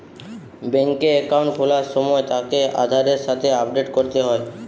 বেংকে একাউন্ট খোলার সময় তাকে আধারের সাথে আপডেট করতে হয়